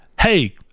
Hey